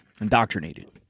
indoctrinated